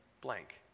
blank